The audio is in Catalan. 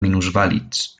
minusvàlids